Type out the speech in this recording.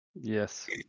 Yes